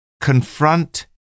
Confront